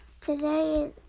today